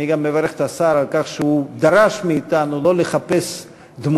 אני גם מברך את השר על כך שהוא דרש מאתנו שלא לחפש דמויות